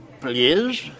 please